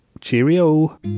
cheerio